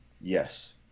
Yes